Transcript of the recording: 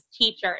teachers